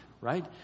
right